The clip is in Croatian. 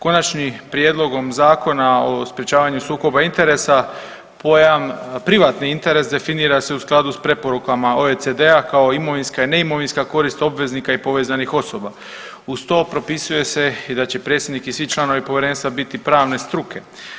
Konačnim prijedlogom Zakona o sprječavanju sukoba interesa pojam privatni interes definira se u skladu s preporukama OECD-a kao imovinska i neimovinska korist obveznika i povezanih osoba, uz to propisuje se i da će predsjednik i svi članovi povjerenstva biti pravne struke.